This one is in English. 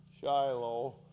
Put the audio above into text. Shiloh